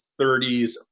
30s